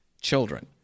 children